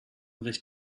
recht